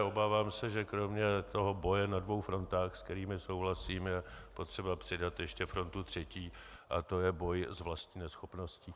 Obávám se, že kromě toho boje na dvou frontách, s kterými souhlasím, je potřeba přidat ještě frontu třetí a to je boj s vlastní neschopností.